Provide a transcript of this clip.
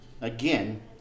again